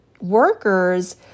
workers